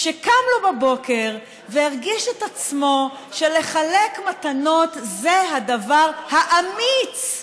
שקם לו בבוקר והרגיש את עצמו שלחלק מתנות זה הדבר האמיץ לעשות,